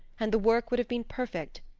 and the work would have been perfect.